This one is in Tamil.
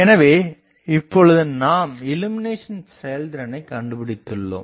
எனவே இப்போது நாம் இள்ளுமினேசன் செயல்திறனைக் கண்டுபிடித்துள்ளோம்